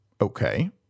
Okay